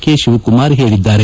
K Shiva Kumar ಹೇಳಿದ್ದಾರೆ